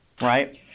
right